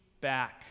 back